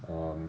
um